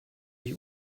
ich